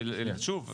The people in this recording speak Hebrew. שוב,